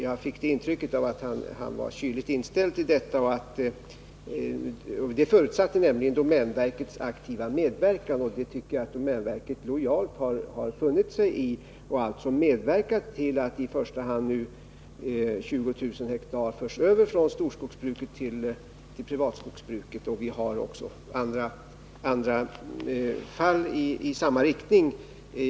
Jag fick ett intryck av att han var kyligt inställd till detta. Programmet förutsatte domänverkets aktiva medverkan, och det tycker jag att domänverket lojalt har funnit sig i. Domänverket har alltså medverkat till att i första hand 20 000 hektar förs över från skogsvårdsstyrelserna till privatskogsbruket. Det finns också andra liknande fall.